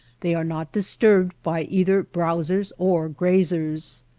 they are not disturbed by either browsers or grazers.